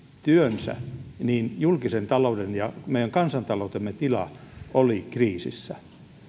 työnsä julkisen talouden ja meidän kansantaloutemme tila oli kriisissä